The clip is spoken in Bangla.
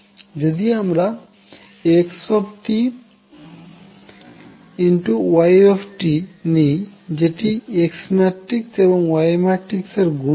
যদি আমরা x y নিই যেটি Xম্যাট্রিক্স এবং Y ম্যাট্রিক্স এর গুণফল